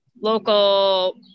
local